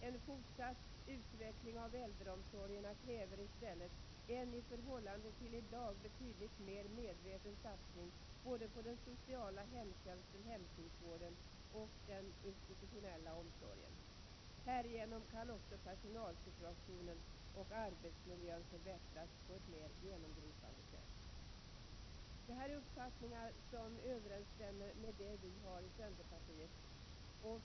En fortsatt utveckling av äldreomsorgerna kräver i stället en i förhållande till i dag betydligt mer medveten satsning både på den sociala hemtjänsten/hemsjukvården och den institutionella omsorgen. Härigenom kan också personalsituationen och arbetsmiljön förbättras på ett mer genomgripande sätt.” Detta är uppfattningar som helt överensstämmer med dem vi har i centerpartiet.